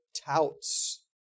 touts